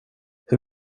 hur